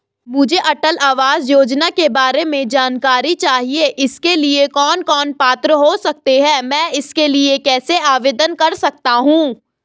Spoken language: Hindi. मुझे अटल आवास योजना के बारे में जानकारी चाहिए इसके लिए कौन कौन पात्र हो सकते हैं मैं इसके लिए कैसे आवेदन कर सकता हूँ?